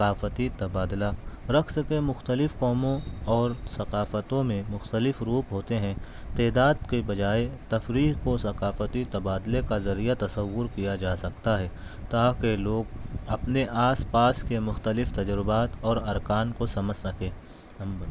ثقافتی تبادلہ رقص کے مختلف قوموں اور ثقافتوں میں مختلف روپ ہوتے ہیں تعداد کے بجائے تفریح کو ثقافتی تبادلے کا ذریعہ تصور کیا جا سکتا ہے تاکہ لوگ اپنے آس پاس کے مختلف تجربات اور ارکان کو سمجھ سکیں